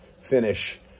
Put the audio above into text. finish